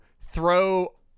throw